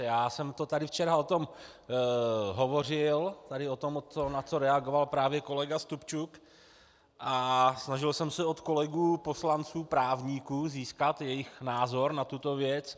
Já jsem o tom tady včera hovořil, o tom, na co reagoval právě kolega Stupčuk, a snažil jsem se od kolegů poslanců právníků získat jejich názor na tuto věc.